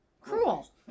cruel